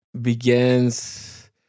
begins